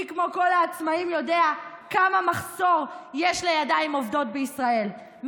יודע כמה מחסור יש לידיים לעובדות בישראל,